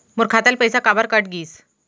मोर खाता ले पइसा काबर कट गिस?